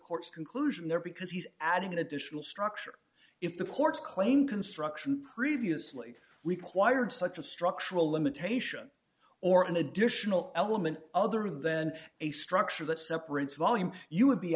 court's conclusion there because he's adding an additional structure if the courts claim construction previously required such a structural limitation or an additional element other than a structure that separates volume you would be